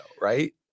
right